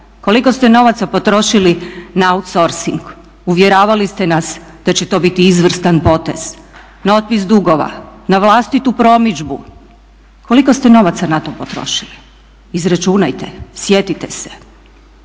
Koliko ste novaca potrošili na outsourcing, uvjeravali ste nas da će to biti izvrstan potez, na otpis dugova, na vlastitu promidžbu? Koliko ste novaca na to potrošili? Izračunajte, sjetite se.